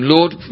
Lord